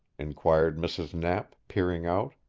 inquired mrs. knapp, peering out.